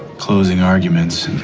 closing arguments.